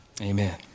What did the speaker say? amen